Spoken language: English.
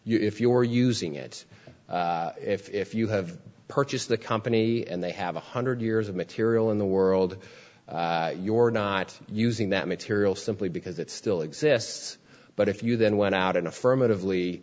you if you are using it if you have purchased the company and they have one hundred years of material in the world your not using that material simply because it still exists but if you then went out and affirmative